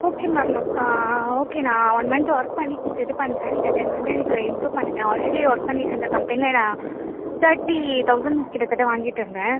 okay ma'am okay நான் one month work பண்ணி இது பண்ணுறேன் நீங்கள் தென் வந்து எனக்கு இம்ப்ரூவ் பண்ணுங்க ஆல்ரெடி ஒர்க் பண்ணிட்டுருந்த கம்பெனியில் நான் தேட்டீ தௌசண்ட் கிட்ட தட்ட வாங்கிட்டு இருந்தேன்